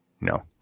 No